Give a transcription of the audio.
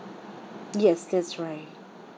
yes that's right